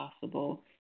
possible